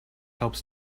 helps